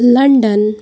London